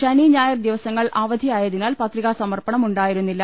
ശനി ഞായർ ദിവസങ്ങൾ അവധിയായതി നാൽ പത്രികാസമർപ്പണം ഉണ്ടായിരുന്നില്ല